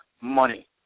money